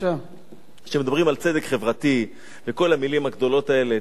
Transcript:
כשמדברים על צדק חברתי וכל המלים הגדולות האלה,